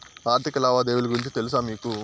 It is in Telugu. ఆర్థిక లావాదేవీల గురించి తెలుసా మీకు